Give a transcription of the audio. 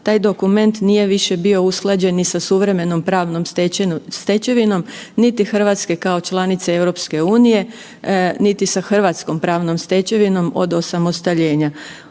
taj dokument nije više bio usklađen ni sa suvremenom pravnom stečevinom niti Hrvatske kao članice EU niti sa hrvatskom pravom stečevinom od osamostaljenja.